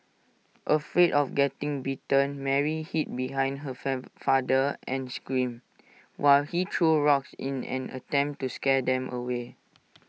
afraid of getting bitten Mary hid behind her fab father and screamed while he threw rocks in an attempt to scare them away